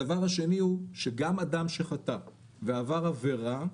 הדבר השני הוא שגם אדם שחטא ועבר עבירה,